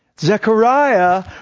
Zechariah